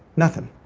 nothing.